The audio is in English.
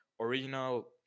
original